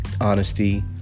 honesty